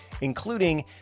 including